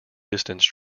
distance